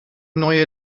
neue